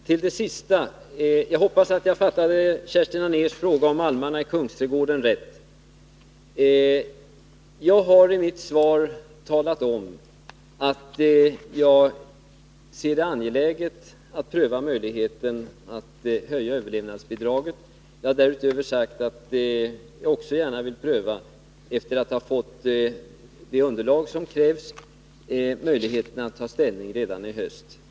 Herr talman! Jag hoppas att jag har rätt uppfattat vad Kerstin Anér sade om almarna i Kungsträdgården. Jag har i mitt svar talat om att jag anser det vara angeläget att pröva möjligheten att höja överlevnadsbidraget. Jag har dessutom sagt att jag gärna, efter att ha fått det underlag som krävs, prövar möjligheterna att ta ställning till frågan redan i höst.